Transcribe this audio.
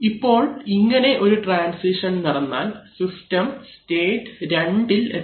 ഇപ്പോൾ ഇങ്ങനെ ഒരു ട്രാൻസിഷൻ നടന്നാൽ സിസ്റ്റം സ്റ്റേറ്റ് 2ഇൽ എത്തും